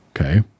Okay